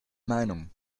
meinung